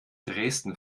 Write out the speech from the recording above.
dresden